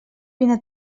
vine